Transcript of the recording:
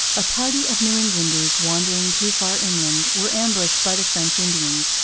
a party of new englanders, wandering too far inland, were ambushed by the french indians,